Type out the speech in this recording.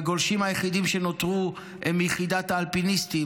והגולשים היחידים שנותרו הם מיחידת האלפיניסטים.